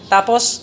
Tapos